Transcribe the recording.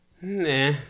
nah